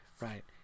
Right